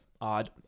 odd